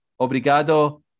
obrigado